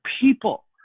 people